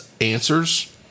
answers